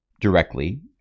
directly